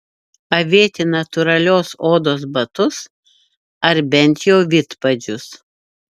avėti natūralios odos batus ar bent jau vidpadžius